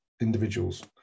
individuals